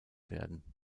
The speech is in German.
werden